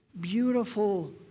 beautiful